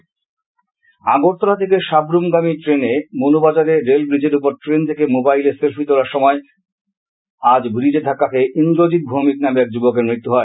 ট্রেনে মৃত্যু আগরতলা থেকে সাব্রুম গামী ট্রেনে মনু বাজারে রেল ব্রীজের উপর ট্রেন থেকে মোবাইলে সেলফি তোলার সময় আজ ব্রীজে ধাক্কা খেয়ে ইন্দ্রজিৎ ভৌমিক নামে এক যুবকের মৃত্যু হয়